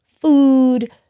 food